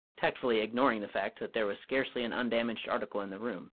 tactfully ignoring the fact that there was scarcely an undamaged article in the room